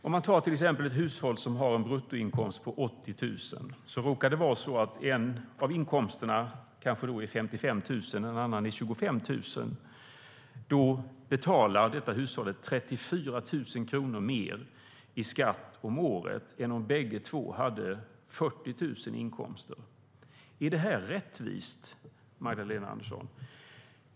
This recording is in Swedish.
Om man till exempel tar ett hushåll som har en bruttoinkomst på 80 000 kronor och det råkar vara så att en av inkomsterna kanske är 55 000 kronor och en annan 25 000 kronor betalar detta hushåll 34 000 kronor mer i skatt om året än om bägge två hade 40 000 kronor i inkomst. Är det rättvist, Magdalena Andersson?